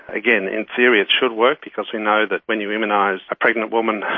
again, in theory it should work because we know that when you immunise a pregnant woman,